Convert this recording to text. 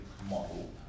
model